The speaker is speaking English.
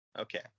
Okay